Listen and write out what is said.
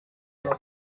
moi